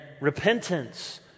repentance